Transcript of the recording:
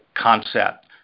concept